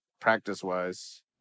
practice-wise